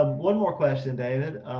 um one more question, david.